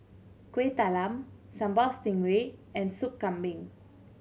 Kuih Talam Sambal Stingray and Sop Kambing